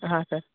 हां सर